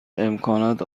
امکانات